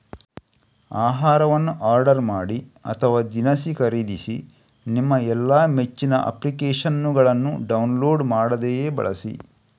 ಆಹಾರವನ್ನು ಆರ್ಡರ್ ಮಾಡಿ ಅಥವಾ ದಿನಸಿ ಖರೀದಿಸಿ ನಿಮ್ಮ ಎಲ್ಲಾ ಮೆಚ್ಚಿನ ಅಪ್ಲಿಕೇಶನ್ನುಗಳನ್ನು ಡೌನ್ಲೋಡ್ ಮಾಡದೆಯೇ ಬಳಸಿ